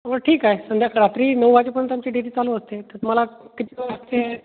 बर ठीक आहे संध्याकाळी रात्री नऊ वाजेपर्यंत आमची डेरी चालू असते तर तुम्हाला किती लागते